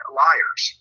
liars